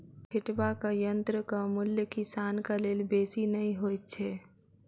छिटबाक यंत्रक मूल्य किसानक लेल बेसी नै होइत छै